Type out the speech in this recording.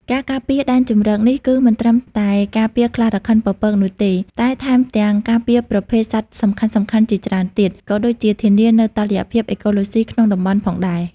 ការការពារដែនជម្រកនេះ គឺមិនត្រឹមតែការពារខ្លារខិនពពកនោះទេ តែថែមទាំងការពារប្រភេទសត្វសំខាន់ៗជាច្រើនទៀត ក៏ដូចជាធានានូវតុល្យភាពអេកូឡូស៊ីក្នុងតំបន់ផងដែរ។